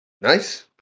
Nice